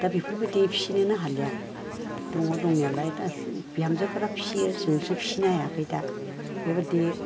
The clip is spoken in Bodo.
दा बेफोरबायदि फिसिनोनो हालिया दङ दंनायालाय बिहामजोफोरा फिसियो जोंसो फिसिनो हायाखै दा बेबायदि